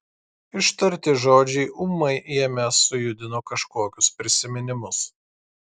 ištarti žodžiai ūmai jame sujudino kažkokius prisiminimus